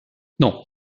non